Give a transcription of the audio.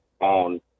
on